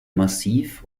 massiv